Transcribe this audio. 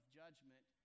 judgment